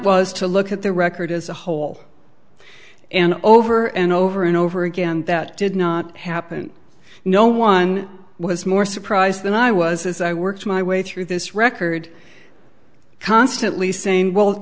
was to look at the record as a whole and over and over and over again and that did not happen no one was more surprised than i was as i worked my way through this record constantly saying well